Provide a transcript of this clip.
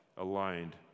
aligned